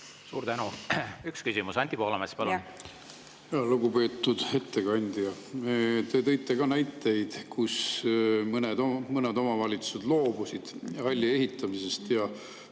Suur tänu. Üks küsimus. Anti Poolamets, palun! Lugupeetud ettekandja! Te tõite näiteid, et mõned omavalitsused loobusid halli ehitamisest.